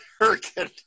American